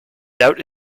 doubt